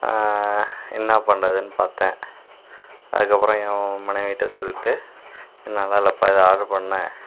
என்ன பண்றதுனு பார்த்தேன் அதுக்கப்புறம் என் மனைவிக்கிட்ட சொல்லிட்டு இது நல்லாலப்பா இதை ஆர்டர் பண்ணேன்